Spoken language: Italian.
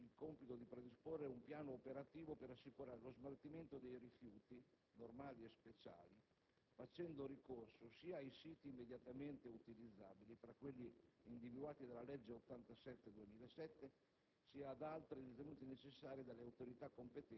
Il commissario ha inoltre il compito di predisporre un piano operativo per assicurare lo smaltimento dei rifiuti, normali e speciali, facendo ricorso sia ai siti immediatamente utilizzabili, tra quelli individuati dalla legge n. 87